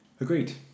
agreed